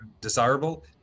desirable